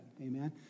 Amen